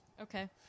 Okay